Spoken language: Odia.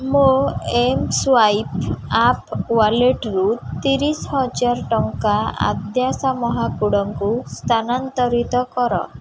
ମୋ ଏମ୍ସ୍ୱାଇପ୍ ଆପ୍ ୱାଲେଟ୍ରୁ ତିରିଶି ହଜାର ଟଙ୍କା ଆଦ୍ୟାଶା ମହାକୁଡ଼ଙ୍କୁ ସ୍ଥାନାନ୍ତରିତ କର